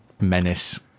menace